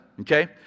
Okay